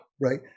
Right